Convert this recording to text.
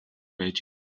байжээ